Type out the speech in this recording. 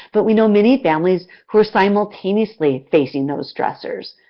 but, we know many families who are simultaneously facing those stressors.